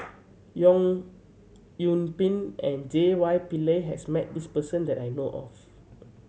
Yong Yoon Pin and J Y Pillay has met this person that I know of